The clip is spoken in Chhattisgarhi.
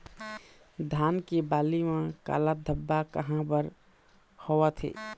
धान के बाली म काला धब्बा काहे बर होवथे?